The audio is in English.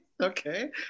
okay